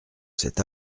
cet